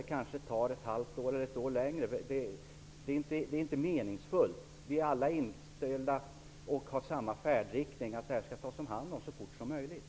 Det kanske tar ett halvt eller ett helt år längre. Det är inte meningsfullt. Vi är alla inställda på samma färdriktning, dvs. att problemet skall lösas så fort som möjligt.